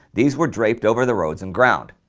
these were draped over the roads and ground.